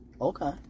okay